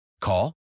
Call